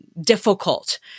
difficult